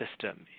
system